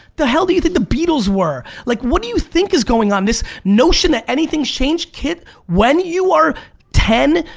the hell do you think the beatles were? like what do you think is going on? this notion that anything's changed, when you are ten,